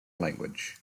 language